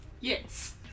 Yes